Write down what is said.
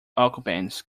occupants